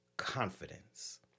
Confidence